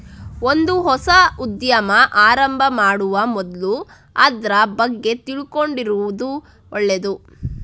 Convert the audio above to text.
ಒಂದು ಹೊಸ ಉದ್ಯಮ ಆರಂಭ ಮಾಡುವ ಮೊದ್ಲು ಅದ್ರ ಬಗ್ಗೆ ತಿಳ್ಕೊಂಡಿರುದು ಒಳ್ಳೇದು